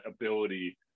ability